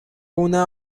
una